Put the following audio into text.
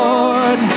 Lord